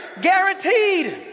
guaranteed